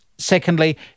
Secondly